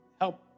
help